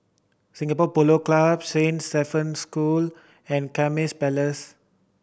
Singapore Polo Club Saint Stephen's School and Kismis Palace